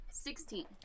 Sixteen